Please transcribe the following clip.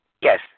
Yes